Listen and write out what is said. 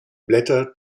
blätter